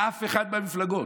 אף אחת מהמפלגות.